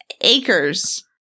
acres